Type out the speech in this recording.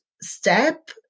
step